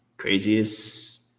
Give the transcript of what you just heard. Craziest